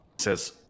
says